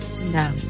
No